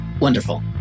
Wonderful